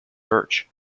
birch